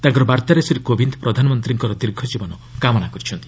ତାଙ୍କର ବାର୍ତ୍ତାରେ ଶ୍ରୀ କୋବିନ୍ଦ୍ ପ୍ରଧାନମନ୍ତ୍ରୀଙ୍କର ଦୀର୍ଘ ଜୀବନ କାମନା କରିଛନ୍ତି